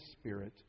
spirit